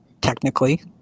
Technically